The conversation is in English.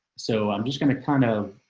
so i'm just going to kind of